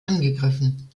angegriffen